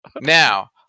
Now